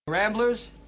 Ramblers